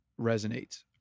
resonates